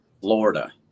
Florida